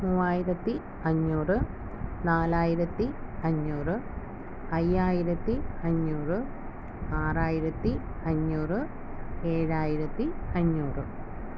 മൂവായിരത്തി അഞ്ഞുറ് നാലായിരത്തി അഞ്ഞുറ് അയ്യായിരത്തി അഞ്ഞുറ് ആറായിരത്തി അഞ്ഞുറ് ഏഴായിരത്തി അഞ്ഞുറ്